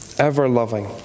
ever-loving